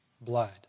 blood